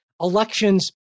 Elections